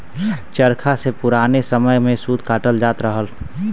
चरखा से पुराने समय में सूत कातल जात रहल